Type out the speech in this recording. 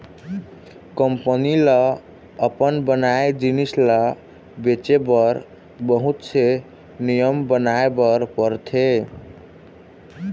company ल अपन बनाए जिनिस ल बेचे बर बहुत से नियम बनाए बर परथे